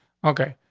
okay,